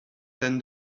ten